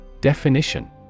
Definition